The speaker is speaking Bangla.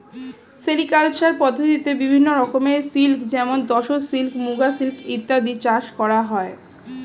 সেরিকালচার পদ্ধতিতে বিভিন্ন রকমের সিল্ক যেমন তসর সিল্ক, মুগা সিল্ক ইত্যাদি চাষ করা হয়